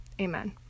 Amen